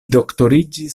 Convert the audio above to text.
doktoriĝis